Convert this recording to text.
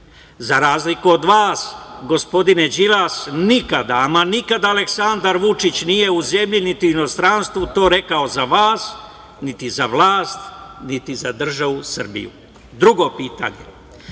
razliku od vas, nikada, nikada Aleksandar Vučić nije u zemlji, niti u inostranstvu to rekao za vas, niti za vlast, niti za državu Srbiju. Drugo pitanje